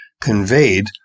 conveyed